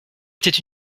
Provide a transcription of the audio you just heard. était